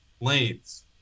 lanes